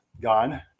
gone